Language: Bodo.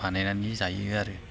बानायनानै जायो आरो